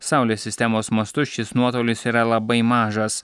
saulės sistemos mastu šis nuotolis yra labai mažas